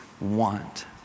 want